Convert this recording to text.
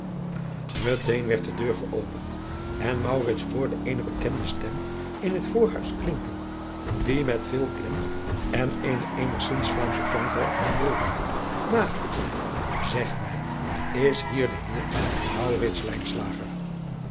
eteen werd de deur geopend en hoorde eene bekende stem in het voorhuis klinken die met veel klem en eenen eenigzins laamschen tongval vroeg aagdeke zeg mij is hier de eer